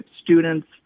students